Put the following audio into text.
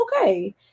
okay